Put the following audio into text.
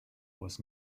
was